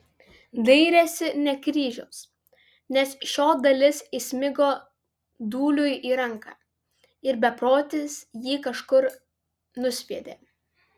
dairėsi ne kryžiaus nes šio dalis įsmigo dūliui į ranką ir beprotis jį kažkur nusviedė